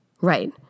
Right